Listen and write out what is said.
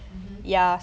mmhmm